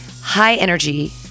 high-energy